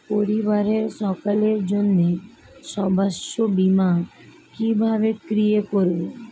পরিবারের সকলের জন্য স্বাস্থ্য বীমা কিভাবে ক্রয় করব?